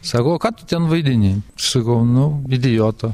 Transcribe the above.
sako o ką tu ten vaidini aš sakau nu idioto